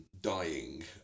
dying